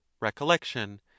recollection